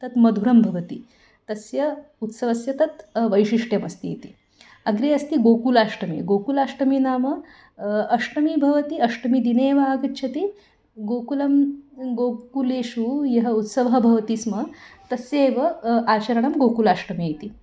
तत् मधुरं भवति तस्य उत्सवस्य तत् वैशिष्ट्यमस्ति इति अग्रे अस्ति गोकुलाष्टमी गोकुलाष्टमी नाम अष्टमी भवति अष्टमी दिने एव आगच्छति गोकुलं गोकुलेषु यः उत्सवः भवति स्म तस्य एव आचरणं गोकुलाष्टमे इति